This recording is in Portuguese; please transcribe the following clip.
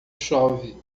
chove